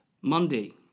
Monday